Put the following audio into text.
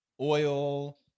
oil